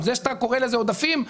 זה שאתה קורא לזה עודפים,